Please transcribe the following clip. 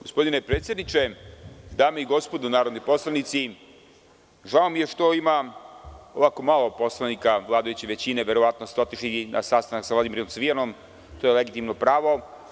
Gospodine predsedniče, dame i gospodo narodni poslanici, žao mi je što ima ovako malo poslanika vladajuće većine verovatno ste otišli na sastanak sa Vladimirom Cvijanom, to je legitimno pravo.